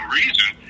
reason